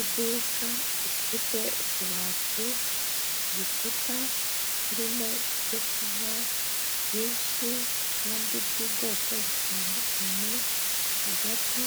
Iduka rifite utubati ku bikuta turimo ibyo kunywa byinshi kandi by'ubwoko butandukanye, hagati